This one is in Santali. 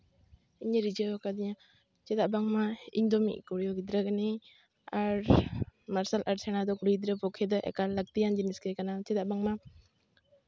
ᱤᱧᱮ ᱨᱤᱡᱷᱟᱹᱣ ᱠᱟᱹᱫᱤᱧᱟ ᱪᱮᱫᱟᱜ ᱵᱟᱝᱢᱟ ᱤᱧ ᱫᱚ ᱢᱤᱫ ᱠᱩᱲᱤ ᱜᱤᱫᱽᱨᱟᱹ ᱠᱟᱹᱱᱟᱹᱧ ᱟᱨ ᱢᱟᱨᱥᱟᱞ ᱟᱨᱴ ᱥᱮᱬᱟ ᱫᱚ ᱠᱩᱲᱤ ᱜᱤᱫᱽᱨᱟᱹ ᱯᱚᱠᱠᱷᱮ ᱫᱚ ᱮᱠᱟᱞ ᱞᱟᱹᱠᱛᱤᱭᱟᱱ ᱡᱤᱱᱤᱥ ᱜᱮ ᱠᱟᱱᱟ ᱪᱮᱫᱟᱜ ᱵᱟᱝᱢᱟ